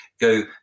go